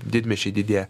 didmiesčiai didėja